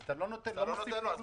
אז אתה לא מוסיף לו כלום.